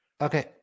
Okay